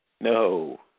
No